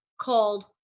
called